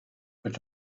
but